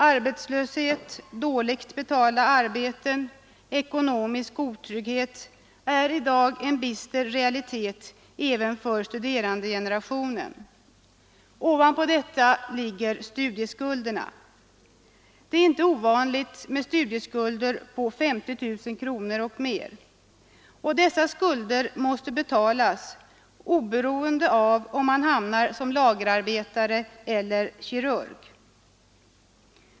Arbetslöshet, dåligt betalda arbeten och ekonomisk otrygghet är i dag en bister realitet även för de studerande. Ovanpå detta ligger studieskulderna. Det är inte ovanligt med studieskulder på 50 000 kronor och mer. Och dessa skulder måste betalas oberoende av om man hamnar som lagerarbetare eller som kirurg.